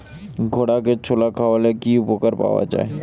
ঘোড়াকে ছোলা খাওয়ালে কি উপকার পাওয়া যায়?